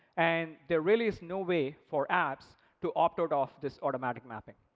and there really is no way for apps to opt out of this automatic mapping.